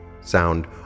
sound